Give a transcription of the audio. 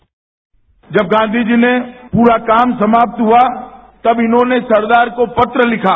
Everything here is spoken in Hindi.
बाईट जब गांधी जी ने पूरा काम समाप्त हुआ तब इन्होंने सरदार को पत्र लिखा